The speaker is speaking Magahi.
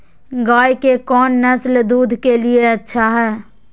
गाय के कौन नसल दूध के लिए अच्छा है?